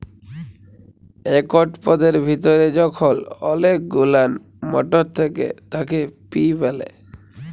একট পদের ভিতরে যখল অলেক গুলান মটর থ্যাকে তাকে পি ব্যলে